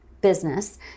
business